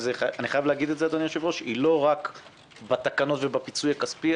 אני חייב להגיד שהחשיבות היא לא רק בתקנות ובפיצוי הכספי,